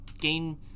game